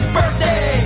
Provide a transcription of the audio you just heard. birthday